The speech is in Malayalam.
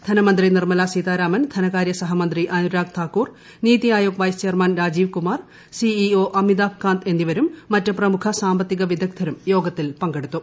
ധനമന്ത്രി നിർമ്മല്ലാ സീതാരാമൻ ധനകാര്യ സഹമന്ത്രി അനുരാഗ് താക്കൂർ നീമീ ് Aayog vice chairman Rajiv Kumar C E O ് അമിതാഭ് കാന്ത് എന്നിവരും മറ്റ് പ്രമുഖ സാമ്പത്തിക വിദഗ്ധരും യോഗത്തിൽ പങ്കെടുത്തു